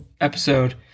episode